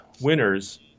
winners